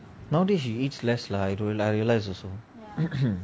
nowadays she eats less lah I realise also